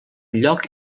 lloc